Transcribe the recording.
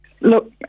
Look